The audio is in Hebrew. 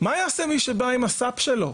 מה יעשה מי שבא עם הסאפ שלו?